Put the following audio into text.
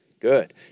Good